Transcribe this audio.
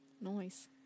Nice